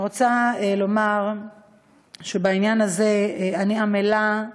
אני רוצה לומר שבעניין הזה אני עמלה,